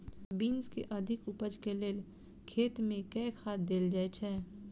Beans केँ अधिक उपज केँ लेल खेत मे केँ खाद देल जाए छैय?